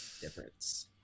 difference